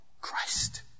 Christ